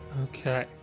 Okay